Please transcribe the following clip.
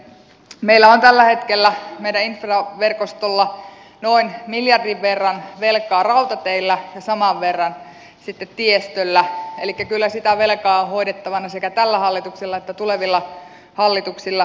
meillä on tällä hetkellä meidän infraverkostollamme noin miljardin verran velkaa rautateillä ja saman verran sitten tiestöllä elikkä kyllä sitä velkaa on hoidettavana sekä tällä hallituksella että tulevilla hallituksilla